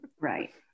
right